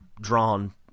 drawn